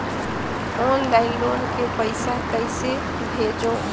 Online loan के पईसा कइसे भेजों?